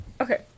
Okay